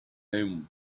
and